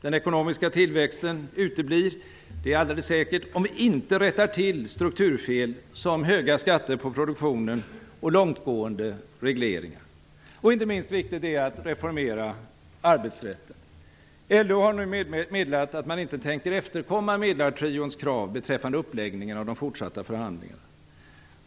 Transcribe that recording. Den ekonomiska tillväxten uteblir - det är alldeles säkert - om vi inte rättar till strukturfel som höga skatter på produktionen och långtgående regleringar. Inte minst viktigt är att reformera arbetsrätten. LO har nu meddelat att man inte avser att efterkomma medlartrions krav beträffande uppläggningen av de fortsatta förhandlingarna.